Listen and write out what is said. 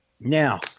Now